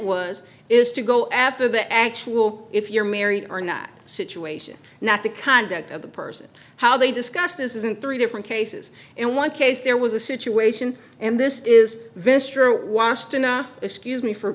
was is to go after the actual if you're married or not situation not the conduct of the person how they discuss this isn't three different cases in one case there was a situation and this is this true washed enough excuse me for